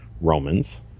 romans